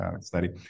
study